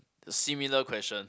similar question